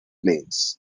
plains